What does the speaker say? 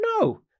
No